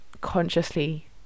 consciously